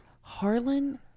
Harlan